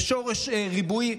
בשורש ריבועי.